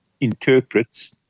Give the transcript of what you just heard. interprets